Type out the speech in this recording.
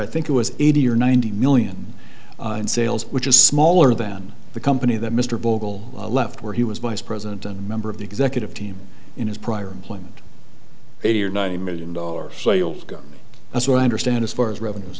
i think it was eighty or ninety million in sales which is smaller than the company that mr bogle left where he was vice president and member of the executive team in his prior employment eighty or ninety million dollars sales go that's what i understand as far as revenues